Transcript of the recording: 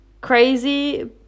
crazy